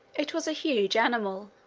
it was a huge animal,